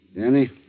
Danny